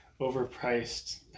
overpriced